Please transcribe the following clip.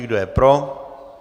Kdo je pro?